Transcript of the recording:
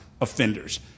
offenders